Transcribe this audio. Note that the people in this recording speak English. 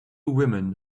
women